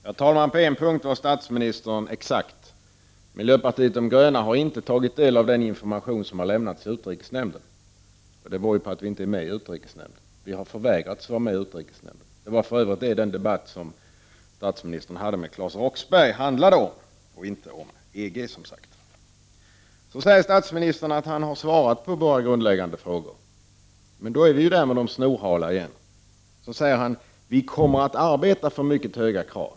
Herr talman! På en punkt var statsministern exakt: vi i miljöpartiet de gröna har inte tagit del av den information som har lämnats i utrikesnämnden. Det beror ju på att vi inte är med i utrikesnämnden, eftersom vi har förvägrats detta. Det var för övrigt det som den debatt som statsministern hade med Claes Roxbergh handlade om. Debatten handlade alltså inte om EG. Statsministern säger att han har svarat på våra grundläggande frågor — men då glider det återigen för lätt. Sedan säger statsministern: Vi kommer att arbeta för mycket höga krav.